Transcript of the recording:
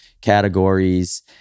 categories